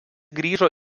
grįžo